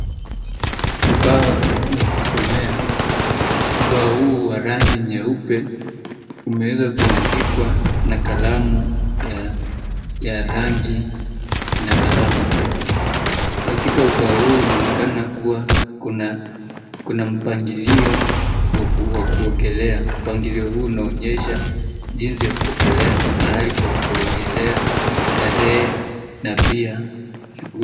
Ubao wa kusomea, ubao huu wa rangi nyeupe umeweza kuandikwa kwa kalamu ya rangi na kalamu , katika ubao huu unaonekana kuwa kuna mpangilio wa kuogelea mpangilio huu unaonyesha jinsi ya kuogelea, mahali pa kuogelea, tarehe na pia,,,,